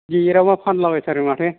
गेटआवनोबा फानलाबायथारो माथो